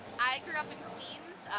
i grew up in queens,